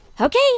Okay